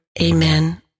Amen